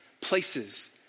Places